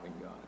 God